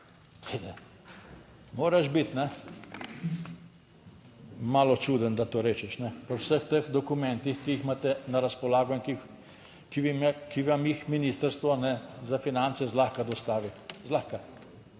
zraven. Moraš biti malo čuden, da to rečeš pri vseh teh dokumentih, ki jih imate na razpolago in ki vam jih Ministrstvo za finance zlahka dostavi. Zlahka.